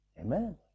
Amen